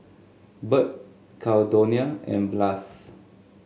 Burt Caldonia and Blas